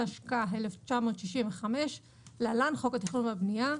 התשכ"ה 1965‏ (להלן חוק התכנון והבנייה),